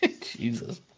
Jesus